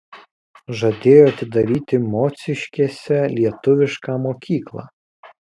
žadėjo atidaryti mociškėse lietuvišką mokyklą